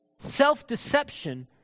Self-deception